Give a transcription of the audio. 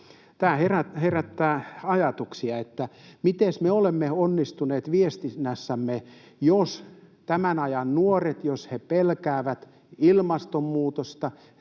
Tämä herättää ajatuksia siitä, miten me olemme onnistuneet viestinnässämme, jos tämän ajan nuoret pelkäävät ilmastonmuutosta